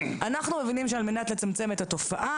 אנחנו מבינים שעל מנת לצמצם את התופעה,